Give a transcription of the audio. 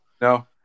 No